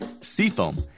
Seafoam